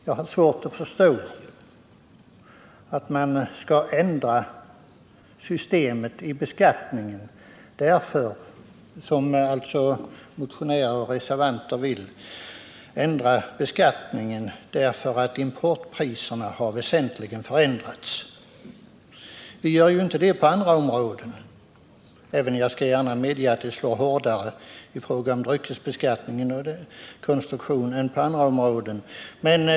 Jag har svårt att förstå att man, som motionärer och reservanter vill, skall ändra beskattningen på grund av att importpriserna väsentligen har förändrats. Vi gör ju inte det på andra områden — jag skall dock gärna medge att den här slår hårdare än på andra områden på grund av dryckesbeskattningens konstruktion.